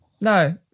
no